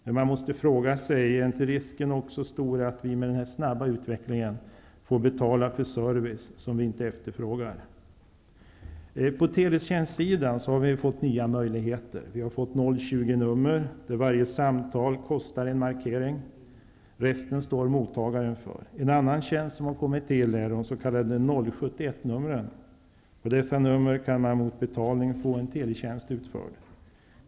Men man måste fråga sig om risken inte är stor att vi med den snabba utvecklingen får betala för service som vi inte efterfrågar. På teletjänstsidan har vi fått nya möjligheter. Vi har fått 020-nummer. Varje samtal kostar en markering, och mottagaren står för resten av kostnaden. En annan tjänst som har kommit till är de s.k. 071-numren. På dessa nummer kan man mot betalning få en teletjänst utförd.